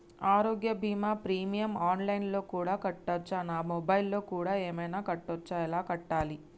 ఆరోగ్య బీమా premium online లో కూడా కట్టచ్చా? నా మొబైల్లో కూడా ఏమైనా కట్టొచ్చా? ఎలా కట్టాలి?